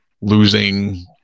losing